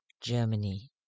Germany